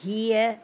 हीअ